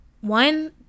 one